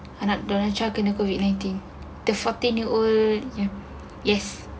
anak donald trump kena COVID nineteen the fourteen years old punya yes